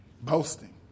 boasting